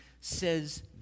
says